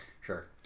Sure